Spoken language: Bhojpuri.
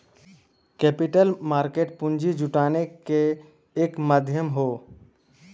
कैपिटल मार्केट पूंजी जुटाने क एक माध्यम हौ